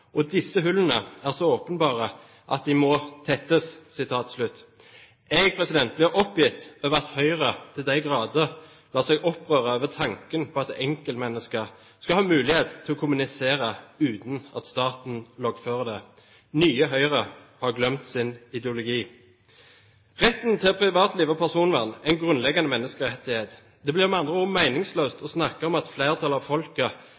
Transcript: og disse hullene er så åpenbare at de må tettes.» Jeg blir oppgitt over at Høyre til de grader lar seg opprøre over tanken på at enkeltmennesker skal ha mulighet til å kommunisere uten at staten loggfører det. Nye Høyre har glemt sin ideologi. Retten til privatliv og personvern er en grunnleggende menneskerettighet. Det blir med andre ord meningsløst å snakke om at flertallet av folket er for direktivet, slik noen av tilhengerne har